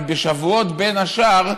ובשבועות, בין השאר,